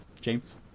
James